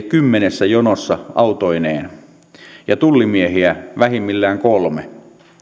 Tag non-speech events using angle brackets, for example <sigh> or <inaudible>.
<unintelligible> kymmenessä jonossa autoineen ja tullimiehiä vähimmillään kolme